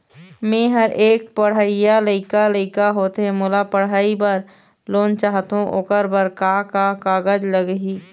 मेहर एक पढ़इया लइका लइका होथे मोला पढ़ई बर लोन चाहथों ओकर बर का का कागज लगही?